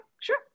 sure